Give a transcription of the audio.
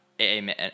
amen